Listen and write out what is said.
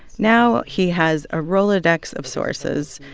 now he has a rolodex of sources.